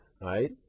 Right